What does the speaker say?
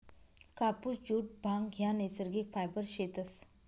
कापुस, जुट, भांग ह्या नैसर्गिक फायबर शेतस